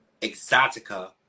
Exotica